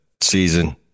season